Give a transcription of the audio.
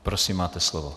Prosím, máte slovo.